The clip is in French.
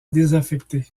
désaffecté